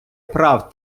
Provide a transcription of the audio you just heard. прав